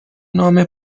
نام